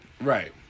Right